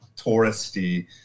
touristy